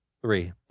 Three